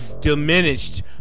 diminished